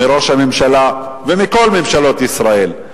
מראש הממשלה ומכל ממשלות ישראל,